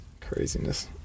Craziness